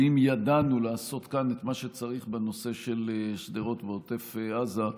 ואם ידענו לעשות כאן את מה שצריך בנושא של שדרות ועוטף עזה,